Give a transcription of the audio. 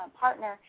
partner